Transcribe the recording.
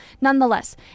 nonetheless